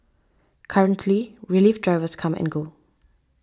currently relief drivers come and go